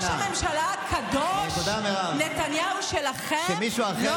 על ראש הממשלה הקדוש נתניהו שלכם,